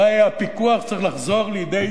הבעיה היא הפיקוח שצריך לחזור לידי